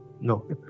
No